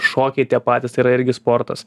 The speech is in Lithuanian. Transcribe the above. šokiai tie patys tai yra irgi sportas